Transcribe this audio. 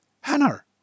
Hannah